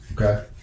Okay